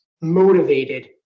motivated